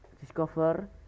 discover